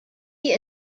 die